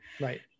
Right